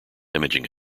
imaging